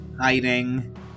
hiding